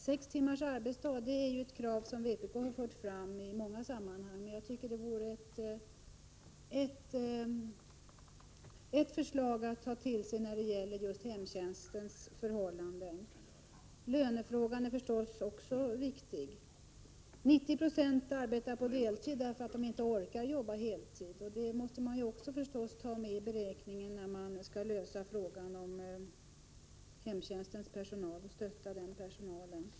Sex timmars arbetsdag är ju ett förslag som vpk har fört fram i många sammanhang, och jag tycker att det vore ett förslag att ta till sig när det gäller hemtjänstens förhållanden. Lönefrågan är förstås också viktig. 90 26 av dem som arbetar inom hemtjänsten jobbar på deltid därför att de inte orkar jobba på heltid, och även detta måste man ta med i beräkningen då man skall stötta hemtjänstpersonalen.